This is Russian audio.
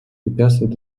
препятствуют